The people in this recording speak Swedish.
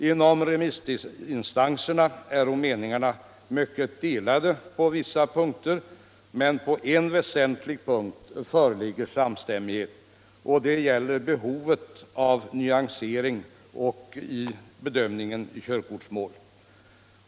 Inom remissinstanserna är meningarna delade på vissa punkter, men på en väsentlig punkt föreligger samstämmighet, nämligen när det gäller behovet av nyansering av bedömningen i körkortsmål.